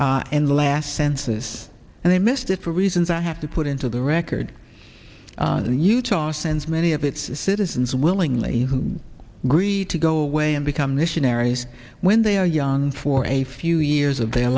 the last census and they missed it for reasons i have to put into the record and utah since many of its citizens willingly agreed to go away and become missionaries when they are young for a few years of their